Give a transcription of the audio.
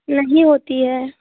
नहीं होती है